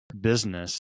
business